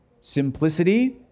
simplicity